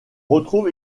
retrouve